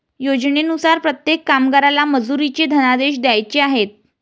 योजनेनुसार प्रत्येक कामगाराला मजुरीचे धनादेश द्यायचे आहेत